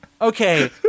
Okay